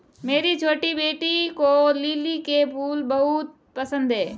मेरी छोटी बेटी को लिली के फूल बहुत पसंद है